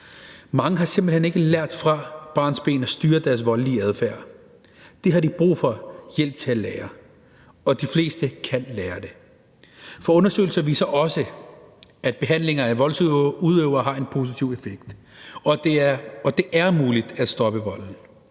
Mange har simpelt hen ikke lært fra barnsben at styre deres voldelige adfærd. Det har de brug for hjælp til at lære, og de fleste kan lære det. For undersøgelser viser også, at behandlinger af voldsudøvere har en positiv effekt, og at det er muligt at stoppe volden.